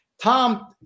Tom